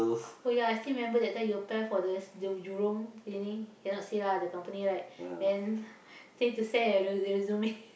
oh ya I still remember that time you apply for the the Jurong cleaning cannot say lah the company right then need to send your resu~ resume